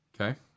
okay